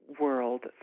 world